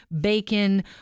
bacon